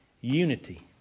unity